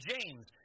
James